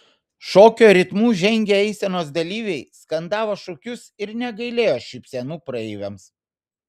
šokio ritmu žengę eisenos dalyviai skandavo šūkius ir negailėjo šypsenų praeiviams